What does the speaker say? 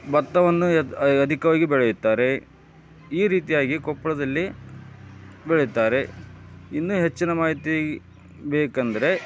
ಭತ್ತವನ್ನು ಅಧಿಕವಾಗಿ ಬೆಳೆಯುತ್ತಾರೆ ಈ ರೀತಿಯಾಗಿ ಕೊಪ್ಪಳದಲ್ಲಿ ಬೆಳೆಯುತ್ತಾರೆ ಇನ್ನೂ ಹೆಚ್ಚಿನ ಮಾಹಿತಿ ಬೇಕಂದರೆ